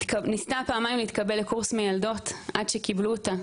ניסתה פעמיים להתקבל לקורס מילדות עד שקיבלו אותה.